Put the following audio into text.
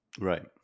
Right